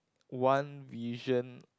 one vision